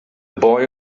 boy